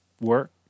work